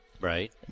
right